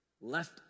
left